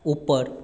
ऊपर